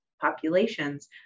populations